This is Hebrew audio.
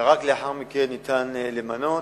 ורק לאחר מכן ניתן למנות.